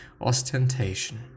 ostentation